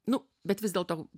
nu bet vis dėlto